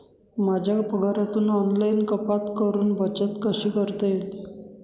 माझ्या पगारातून ऑनलाइन कपात करुन बचत कशी करता येईल?